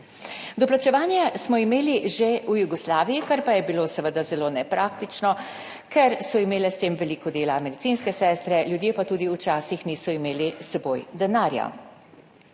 Doplačevanje smo imeli že v Jugoslaviji, kar pa je bilo seveda zelo nepraktično, ker so imele s tem veliko dela medicinske sestre, ljudje pa tudi včasih niso imeli s seboj denarja.